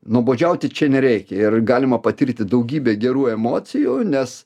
nuobodžiauti čia nereikia ir galima patirti daugybę gerų emocijų nes